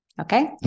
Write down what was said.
Okay